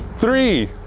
three.